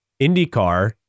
IndyCar